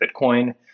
Bitcoin